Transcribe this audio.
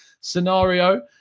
scenario